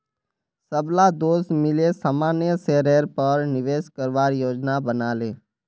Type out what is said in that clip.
सबला दोस्त मिले सामान्य शेयरेर पर निवेश करवार योजना बना ले